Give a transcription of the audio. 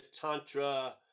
Tantra